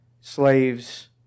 slaves